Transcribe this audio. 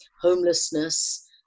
homelessness